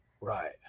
Right